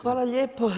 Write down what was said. Hvala lijepo.